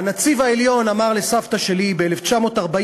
והנציב העליון אמר לסבתא שלי ב-1941,